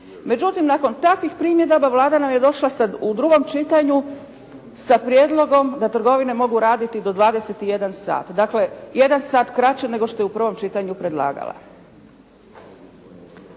Međutim, nakon takvih primjedaba Vlada nam je došla sad u drugom čitanju sa prijedlogom da trgovine mogu raditi do 21. sat. Dakle, jedan sat kraće nego što je u prvom čitanju predlagala.